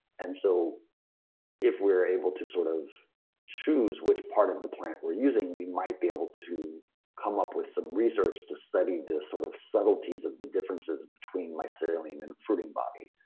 and so if we're able to sort of choose which part of the plant we're using, we might be able to to come up with some research to study this sort of subtleties of the differences between mycelium and the fruiting body.